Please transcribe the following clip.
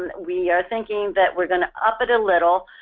and we're thinking that we're going to up it a little.